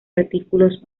artículos